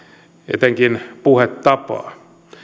etenkin puhetapaa